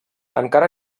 encara